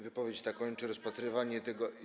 Wypowiedź ta kończy rozpatrywanie tego.